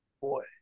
Boy